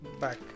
back